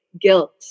guilt